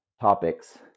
topics